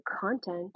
content